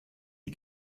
die